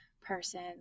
person